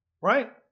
right